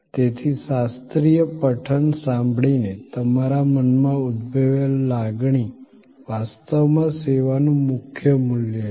તેથી શાસ્ત્રીય પઠન સાંભળીને તમારા મનમાં ઉદભવેલી લાગણી વાસ્તવમાં સેવાનું મુખ્ય મૂલ્ય છે